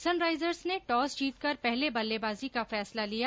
Sunrisers ने toss जीतकर पहले बल्लेबाजी का फैसला लिया